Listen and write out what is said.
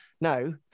no